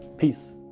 peace.